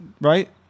right